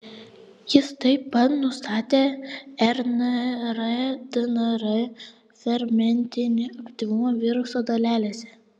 jis taip pat nustatė rnr dnr fermentinį aktyvumą viruso dalelėse